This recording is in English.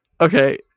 Okay